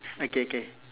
okay okay